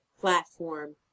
platform